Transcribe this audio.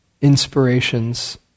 inspirations